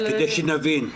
כדי שנבין,